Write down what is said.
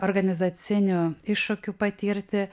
organizacinių iššūkių patirti